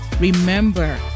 Remember